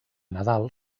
nadal